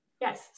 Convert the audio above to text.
yes